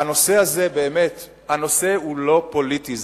הנושא הזה הוא לא פוליטי.